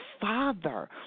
father